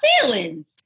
feelings